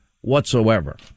whatsoever